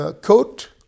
coat